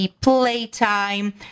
playtime